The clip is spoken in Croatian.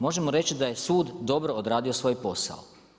Možemo reći da je sud dobro odradio svoj posao.